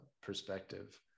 perspective